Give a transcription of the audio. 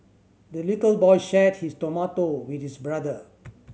the little boy shared his tomato with his brother